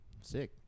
sick